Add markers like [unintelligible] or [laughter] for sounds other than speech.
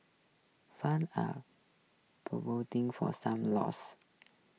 funds are [unintelligible] for some losses